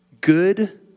Good